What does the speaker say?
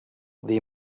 they